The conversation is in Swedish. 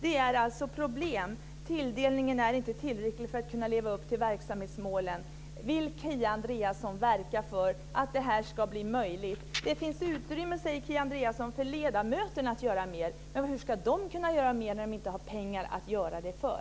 Det är alltså problem. Tilldelningen är inte tillräcklig för att man ska kunna leva upp till verksamhetsmålen. Vill Kia Andreasson verka för att det ska bli möjligt? Kia Andreasson säger att det finns utrymme för ledamöterna att göra mer. Hur ska de kunna göra mer när de inte har pengar att göra det för?